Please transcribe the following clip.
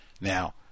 now